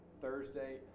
Thursday